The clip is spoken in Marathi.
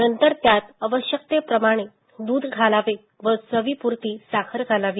नंतर त्यात आवश्यक त्या प्रमाणात दुध घालावे व चवीपुरती साखर घालावी